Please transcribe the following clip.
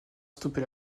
stopper